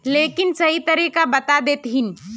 लेकिन सही तरीका बता देतहिन?